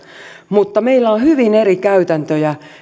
mutta meillä on hyvin eri käytäntöjä mikä